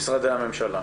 משרדי הממשלה.